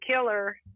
killer